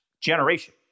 generation